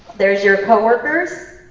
there's your co-workers.